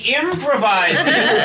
improvising